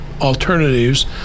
alternatives